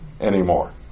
anymore